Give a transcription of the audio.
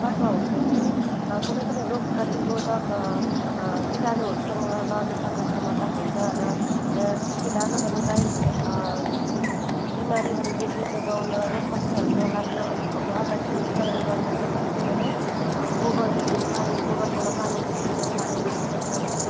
तत्व हुन्छ कि कुनैपनि रोग प्रतिरोधक किटाणुहरूसँग लड्न सक्ने क्षमता हुन्छ र ति किटाणुहरूलाई बिमारीहरूदेखि जोगाउन रोग कष्टहरू नलाग्न अथवा घरलाई शुद्धिकरण गर्नुको निम्ति पनि गोबरहरू पानी गोबरसँग पानी छिटेर छर्किने गर्छ